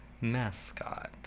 mascot